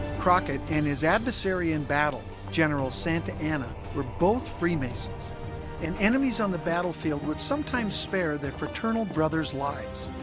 crockett and his adversary in battle general santa anna were both freemasons and enemies on the battlefield would sometimes spare their fraternal brothers lives